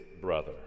brother